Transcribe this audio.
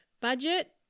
Budget